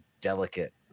delicate